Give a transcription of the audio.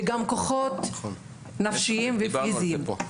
וגם כוחות נפשיים ופיזיים.